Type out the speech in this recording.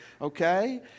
okay